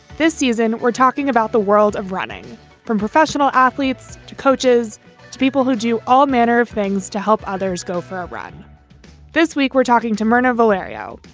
this season, we're talking about the world of running from professional athletes to coaches to people who do all manner of things to help others go for a run this week, we're talking to myrna valerio.